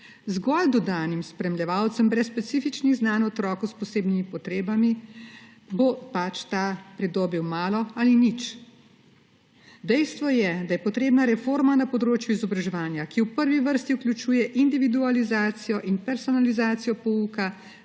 zgolj dodanim spremljevalcem brez specifičnih znanj otroku s posebnimi potrebami bo pač le-ta pridobil malo ali nič. Dejstvo je, da je potrebna reforma na področju izobraževanja, ki v prvi vrsti vključuje individualizacijo in personalizacijo pouka